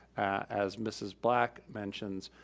as mrs. black mentions,